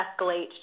escalate